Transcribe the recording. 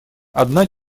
одна